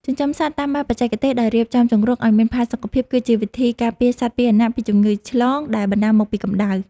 ចិញ្ចឹមសត្វតាមបែបបច្ចេកទេសដោយរៀបចំជង្រុកឱ្យមានផាសុកភាពគឺជាវិធីការពារសត្វពាហនៈពីជំងឺឆ្លងដែលបណ្ដាលមកពីកម្ដៅ។